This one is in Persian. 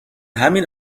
همین